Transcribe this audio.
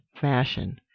fashion